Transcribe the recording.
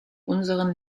unseren